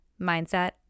mindset